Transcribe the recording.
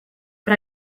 but